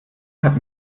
hat